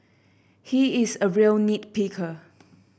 he is a real nit picker